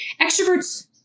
extroverts